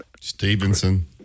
Stevenson